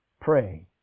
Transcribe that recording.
Pray